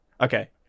Okay